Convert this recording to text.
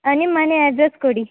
ಹಾಂ ನಿಮ್ಮ ಮನೆ ಅಡ್ರಸ್ ಕೊಡಿ